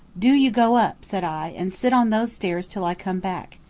do you go up, said i, and sit on those stairs till i come back.